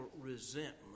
resentment